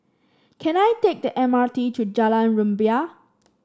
can I take the M R T to Jalan Rumbia